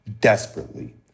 desperately